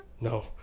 No